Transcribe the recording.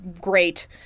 great